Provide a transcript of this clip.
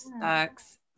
sucks